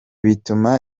bituma